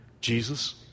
Jesus